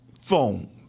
phone